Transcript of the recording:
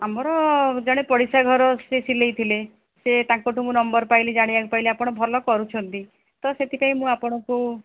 ଆମର ଜଣେ ପଡ଼ିଶା ଘର ସିଏ ସିଲେଇ ଥିଲେ ସେ ତାଙ୍କଠୁ ମୁଁ ନମ୍ବର ପାଇଲି ଜାଣିବାକୁ ପାଇଲି ଆପଣ ଭଲ କରୁଛନ୍ତି ତ ସେଥିପାଇଁ ମୁଁ ଆପଣଙ୍କୁ